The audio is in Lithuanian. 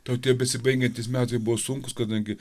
tau tie besibaigiantys metai buvo sunkūs kadangi